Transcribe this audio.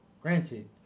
Granted